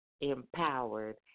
empowered